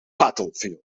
battlefield